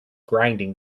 grinding